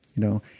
you know?